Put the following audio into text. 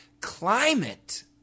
Climate